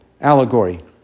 allegory